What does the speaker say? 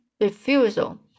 refusal